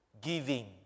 giving